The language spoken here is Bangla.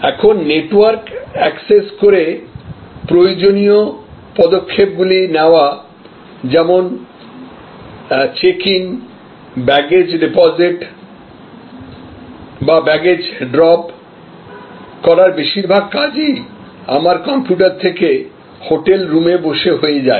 এখন নেটওয়ার্ক অ্যাক্সেস করে প্রয়োজনীয় পদক্ষেপগুলি নেওয়া যেমন চেক ইন ব্যাগেজ ডিপোজিট বা ব্যাগেজ ড্রপ করার বেশীরভাগ কাজই আমার কম্পিউটার থেকে হোটেল রুমে বসে হয়ে যায়